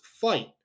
fight